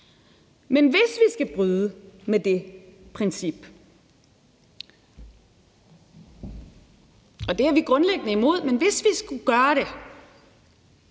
Men hvis vi skal bryde med det princip – og det er vi grundlæggende imod, men hvis vi skulle gøre det